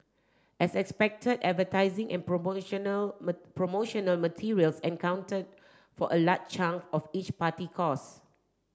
as expected advertising and promotional promotional materials accounted for a large chunk of each party costs